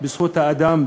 בזכות האדם,